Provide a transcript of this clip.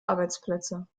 arbeitsplätze